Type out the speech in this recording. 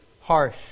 harsh